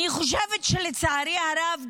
לצערי הרב,